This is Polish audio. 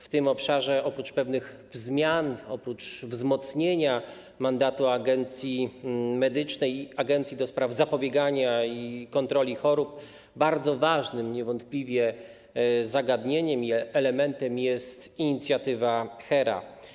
W tym obszarze oprócz pewnych zmian, oprócz wzmocnienia mandatu agencji medycznej, agencji ds. zapobiegania i kontroli chorób bardzo ważnym niewątpliwie zagadnieniem i elementem jest inicjatywa HERA.